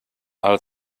ale